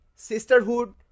sisterhood